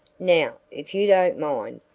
now, if you don't mind,